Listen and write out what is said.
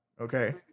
Okay